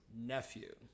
nephew